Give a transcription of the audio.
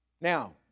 Now